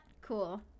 Cool